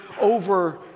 over